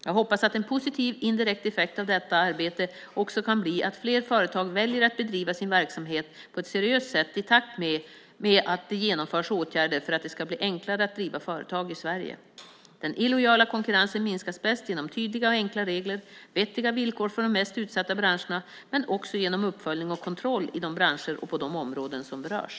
Jag hoppas att en positiv indirekt effekt av detta arbete också kan bli att fler företag väljer att bedriva sin verksamhet på ett seriöst sätt i takt med att det genomförs åtgärder för att det ska bli enklare att driva företag i Sverige. Den illojala konkurrensen minskas bäst genom tydliga och enkla regler och vettiga villkor för de mest utsatta branscherna men också genom uppföljning och kontroll i de branscher och på de områden som berörs.